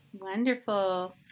Wonderful